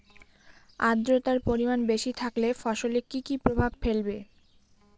আদ্রর্তার পরিমান বেশি থাকলে ফসলে কি কি প্রভাব ফেলবে?